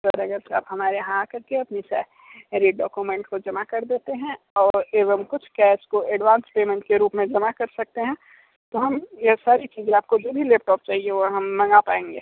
sir अगर से आप हमारे यहाँ आकर के अपनी सारे डॉक्युमेंट्स खुद जमा कर देते हैं और एवं कुछ कैश को एडवांस पेमेंट के रूप में जमा कर सकते हैं तो हम ये सारी चीज़ें आपको जो भी लैपटॉप चाहिए हो हम मंगा पाएंगे